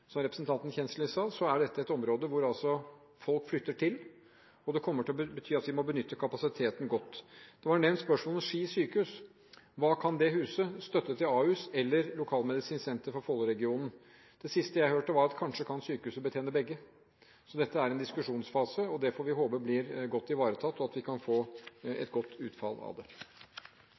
Som representanten Kjernli sa, er dette et område som folk flytter til. Det betyr at vi må benytte kapasiteten godt. Det var spørsmål om Ski sykehus. Hva kan det huse – støtte til Ahus eller lokalmedisinsk senter for Folloregionen? Det siste jeg hørte, var at kanskje kan sykehuset betjene begge. Dette er i en diskusjonsfase. Vi får håpe det blir godt ivaretatt, slik at det kan få et godt utfall. Debatten i sak nr. 14 er avsluttet. Ingen har bedt om ordet. Det